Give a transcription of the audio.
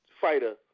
fighter